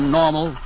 normal